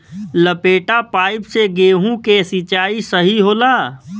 लपेटा पाइप से गेहूँ के सिचाई सही होला?